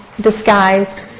disguised